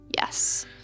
Yes